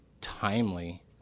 timely